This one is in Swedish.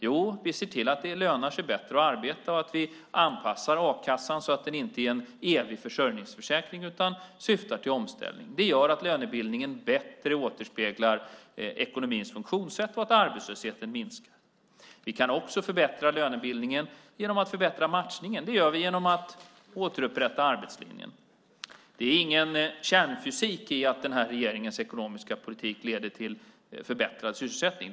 Jo, vi ser till att det lönar sig bättre att arbeta och vi anpassar a-kassan så att den inte är en evig försörjningsförsäkring utan syftar till omställning. Det gör att lönebildningen bättre återspeglar ekonomins funktionssätt och att arbetslösheten minskar. Vi kan också förbättra lönebildningen genom att förbättra matchningen. Det gör vi genom att återupprätta arbetslinjen. Det är ingen kärnfysik att regeringens ekonomiska politik leder till förbättrad sysselsättning.